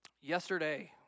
Yesterday